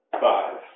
Five